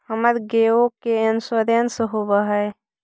हमर गेयो के इंश्योरेंस होव है?